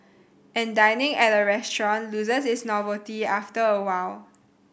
and dining at a restaurant loses its novelty after a while